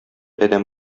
адәм